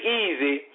easy